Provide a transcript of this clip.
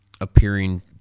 appearing